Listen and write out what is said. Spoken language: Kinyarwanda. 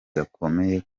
gakomeye